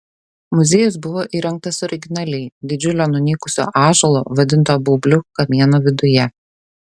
muziejus buvo įrengtas originaliai didžiulio nunykusio ąžuolo vadinto baubliu kamieno viduje